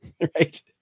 right